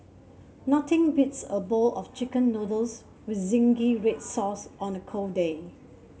nothing beats a bowl of chicken noodles with zingy red sauce on a cold day